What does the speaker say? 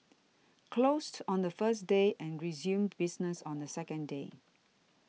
closed on the first day and resumes business on the second day